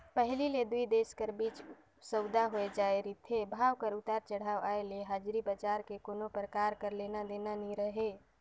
पहिली ले दुई देश कर बीच सउदा होए जाए रिथे, भाव कर उतार चढ़ाव आय ले हाजरी बजार ले कोनो परकार कर लेना देना नी रहें